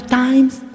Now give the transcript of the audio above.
times